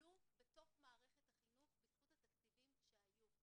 טופלו בתוך מערכת החינוך בזכות התקציבים שהיו.